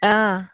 অঁ